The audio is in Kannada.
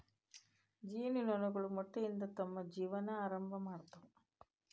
ಜೇನು ನೊಣಗಳು ಮೊಟ್ಟೆಯಿಂದ ತಮ್ಮ ಜೇವನಾ ಆರಂಭಾ ಮಾಡ್ತಾವ